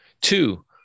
Two